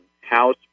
house